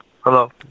hello